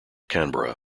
canberra